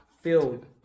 filled